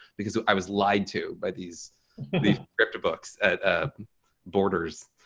because i was lied to by these these ripta books at borders.